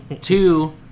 Two